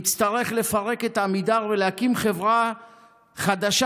נצטרך לפרק את עמידר ולהקים חברה חדשה,